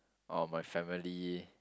or my family